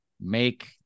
make